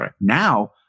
Now